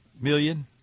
million